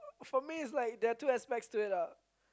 for me is like there's two aspects to it lah